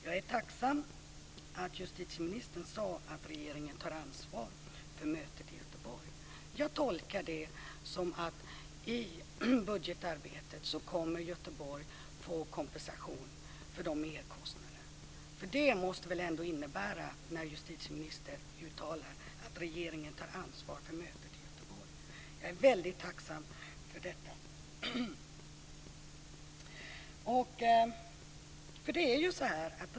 Jag är tacksam att justitieministern sade att regeringen tar ansvar för mötet i Göteborg. Jag tolkar det som att Göteborg i budgetarbetet kommer att få kompensation för sina merkostnader. Det måste det väl ändå innebära när justitieministern uttalar att regeringen tar ansvar för mötet i Göteborg. Jag är väldigt tacksam för detta.